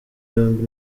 yombi